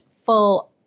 full